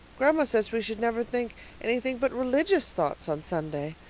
grandma says we should never think anything but religious thoughts on sundays.